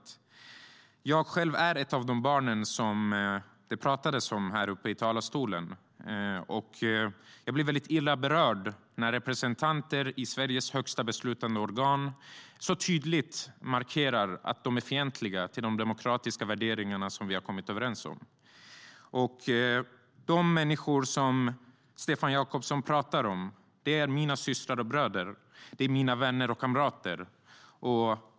De människor som Stefan Jakobsson talar om är mina systrar och bröder, mina vänner och kamrater.